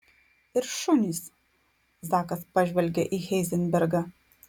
ir šunys zakas pažvelgė į heizenbergą